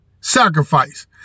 sacrifice